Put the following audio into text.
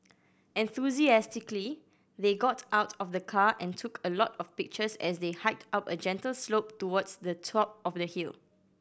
enthusiastically they got out of the car and took a lot of pictures as they hiked up a gentle slope towards the top of the hill